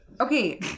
Okay